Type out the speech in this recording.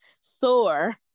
sore